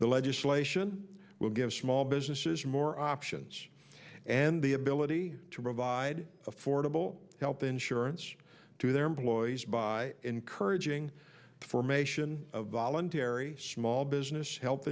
the legislation will give small businesses more options and the ability to provide affordable health insurance to their employees by encouraging the formation of voluntary small business health